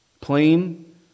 plain